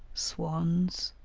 swans,